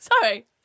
sorry